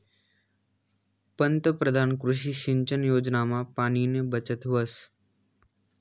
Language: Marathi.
पंतपरधान कृषी सिंचन योजनामा पाणीनी बचत व्हस